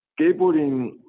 skateboarding